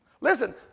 Listen